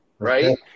Right